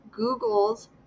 Googles